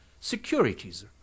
securities